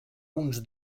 uns